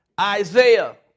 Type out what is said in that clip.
Isaiah